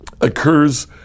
occurs